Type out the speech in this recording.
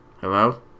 Hello